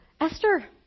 Esther